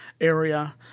area